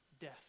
death